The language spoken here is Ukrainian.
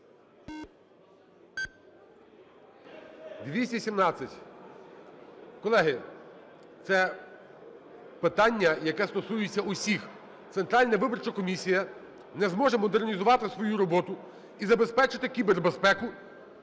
За-217 Колеги, це питання, яке стосується усіх. Центральна виборча комісія не зможе модернізувати свою роботу і забезпечити кібербезпеку